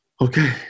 okay